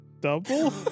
double